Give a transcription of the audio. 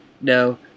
No